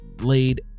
laid